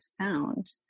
sound